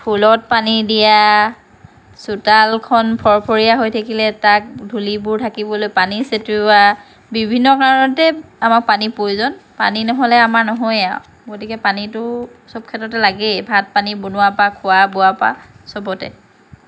ফুলত পানী দিয়া চোতালখন ফৰফৰীয়া হৈ থাকিলে তাক ধূলিবোৰ ধাকিবলৈ পানী ছটিওৱা বিভিন্ন কাৰণতেই আমাক পানীৰ প্ৰয়োজন পানী ন'হলে আমাৰ নহয়েই আৰু গতিকে পানীটো সব ক্ষেত্ৰতে লাগেই ভাত পানী বনোৱাৰ পৰা খোৱা বোৱাৰ পৰা সবতে